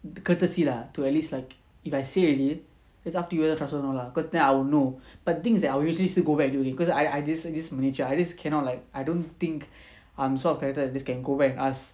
courtesy lah to at least like if I say already it's up to you whether to transfer or not lah cause then I will know but the thing is that I will usually still go back err this my nature I just cannot like I don't think I'm sort of character like this can go back and ask